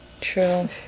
True